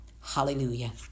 Hallelujah